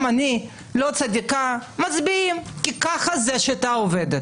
גם אני לא צדיקה, מצביעים כי ככה השיטה עובדת.